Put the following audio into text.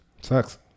Sucks